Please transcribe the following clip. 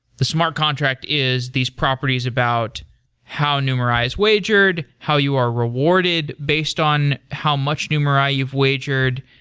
the smart contract is these properties about how numerai is wagered? how you are rewarded based on how much numerai you've wagered?